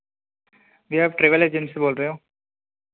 भैया आप travel agency से बोल रहे हो